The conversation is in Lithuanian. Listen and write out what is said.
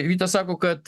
vytas sako kad